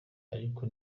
ariko